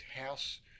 house